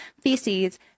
feces